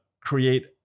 create